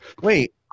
Wait